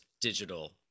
digital